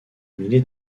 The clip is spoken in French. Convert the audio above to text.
milliers